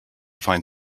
find